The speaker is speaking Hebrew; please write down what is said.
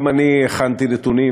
גם אני הכנתי נתונים,